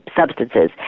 substances